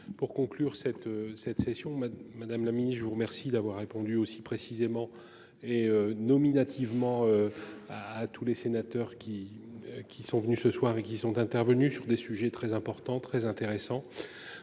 Pour conclure cette cette session ma madame la mini-je vous remercie d'avoir répondu aussi précisément et nominativement. À à tous les sénateurs qui qui sont venus ce soir et qui sont intervenus sur des sujets très importants, très intéressant